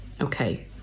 Okay